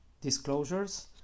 Disclosures